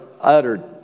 uttered